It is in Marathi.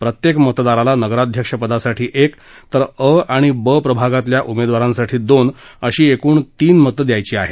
प्रत्येक मतदाराला नगराध्यक्ष पदासाठी एक तर अ आणि ब प्रभागातल्या उमेदवारांसाठी दोन अशी एकूण तीन मतं द्यावी लागणार आहेत